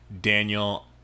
Daniel